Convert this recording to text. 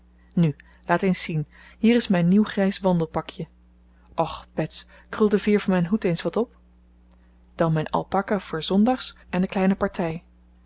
nu laat eens zien hier is mijn nieuw grijs wandelpakje och bets krul de veer van mijn hoed eens wat op dan mijn alpaca voor zondags en de kleine partij het